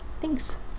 Thanks